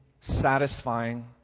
satisfying